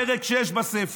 פרק 6 בספר.